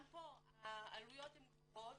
גם פה העלויות הן גבוהות,